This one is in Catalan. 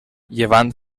llevant